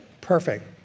perfect